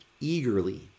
eagerly